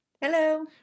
hello